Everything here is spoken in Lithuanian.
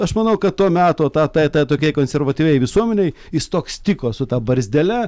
aš manau kad to meto tata tai tokiai konservatyviai visuomenei jis toks tiko su ta barzdele